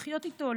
לחיות איתו,